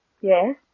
Yes